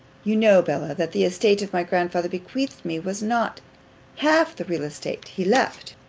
you know, bella, that the estate my grandfather bequeathed me was not half the real estate he left.